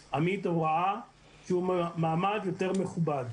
עמית, עמית הוראה, שהוא במעמד יותר מכובד.